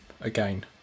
again